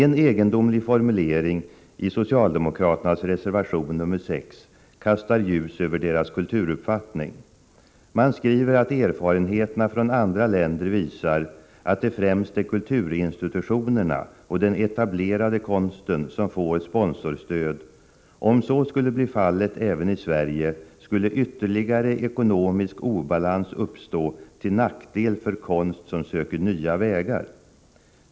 En egendomlig formulering i socialdemokraternas reservation nr 6 kastar ljus över deras kulturuppfattning. Man skriver att erfarenheterna från andra länder visar att det främst är kulturinstitutionerna och den etablerade konsten som får sponsorstöd, och om så skulle bli fallet även i Sverige skulle ytterligare ekonomisk obalans uppstå till nackdel för konst som söker nya vägar.